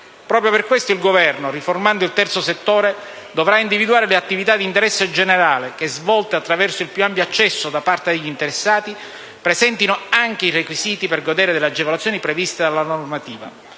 Proprio per questo il Governo, riformando il terzo settore, dovrà individuare le attività di interesse generale che, svolte attraverso il più ampio accesso da parte degli interessati, presentino anche i requisiti per godere delle agevolazioni previste dalla normativa.